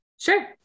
Sure